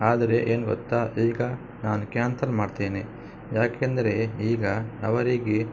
ಆದರೆ ಏನು ಗೊತ್ತಾ ಈಗ ನಾನು ಕ್ಯಾನ್ತಲ್ ಮಾಡ್ತೇನೆ ಯಾಕೆಂದರೆ ಈಗ ಅವರಿಗೆ